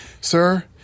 sir